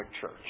Church